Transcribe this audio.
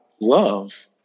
love